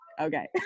Okay